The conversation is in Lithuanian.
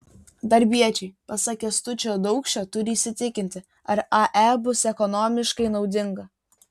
darbiečiai pasak kęstučio daukšio turi įsitikinti ar ae bus ekonomiškai naudinga